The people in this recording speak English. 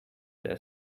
their